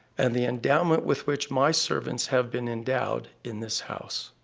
and the endowment with which my servants have been endowed in this house.